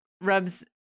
rubs